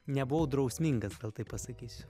nebuvau drausmingas gal taip pasakysiu